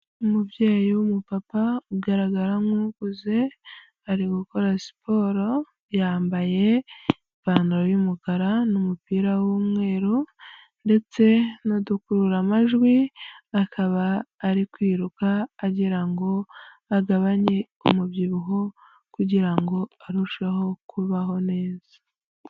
Umubyeyi w'umupapa ugaragara nk'ukuze ari gukora siporo yambaye ipantaro y'umukara n'umupira w'umweru ndetse n'udukurura amajwi, akaba ari kwiruka agira ngo agabanye umubyibuho kugirango arusheho kubaho neza.